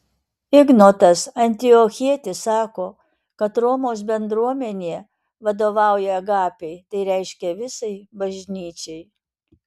ignotas antiochietis sako kad romos bendruomenė vadovauja agapei tai reiškia visai bažnyčiai